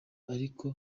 ariko